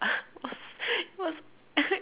it was it was